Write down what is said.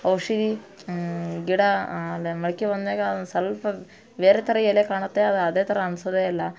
ಔಷಧಿ ಗಿಡ ಅದು ಮೊಳಕೆ ಬಂದಾಗ ಒಂದು ಸ್ವಲ್ಪ ಬೇರೆ ಥರ ಎಲೆ ಕಾಣುತ್ತೆ ಅದು ಅದೇ ಥರ ಅನಿಸೋದೇ ಇಲ್ಲ